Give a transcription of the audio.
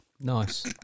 Nice